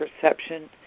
perception